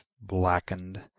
blackened